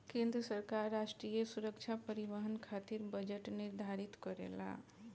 केंद्र सरकार राष्ट्रीय सुरक्षा परिवहन खातिर बजट निर्धारित करेला